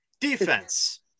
Defense